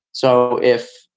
so if,